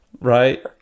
right